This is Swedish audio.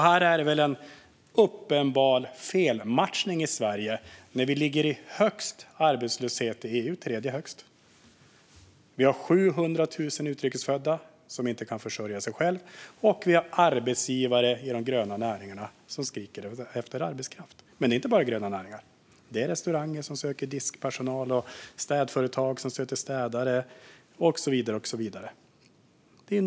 Här är det väl en uppenbar felmatchning i Sverige när vi ligger tredje högst i arbetslöshet i EU, har 700 000 utrikes födda som inte kan försörja sig själva och har arbetsgivare i de gröna näringarna som skriker efter arbetskraft. Och det är inte bara de gröna näringarna; det är restauranger som söker diskpersonal, städföretag som söker städare och så vidare.